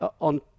on